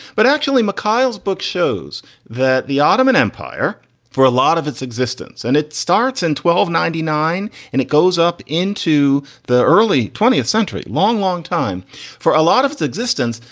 but actually, mikhail's book shows that the ottoman empire for a lot of its existence, and it starts in twelve ninety nine and it goes up into the early twentieth century long, long time for a lot of its existence.